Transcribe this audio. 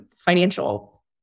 financial